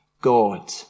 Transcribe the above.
God